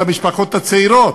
על המשפחות הצעירות.